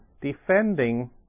defending